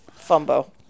Fumbo